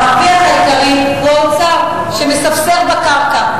המרוויח העיקרי הוא האוצר, שמספסר בקרקע.